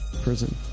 Prison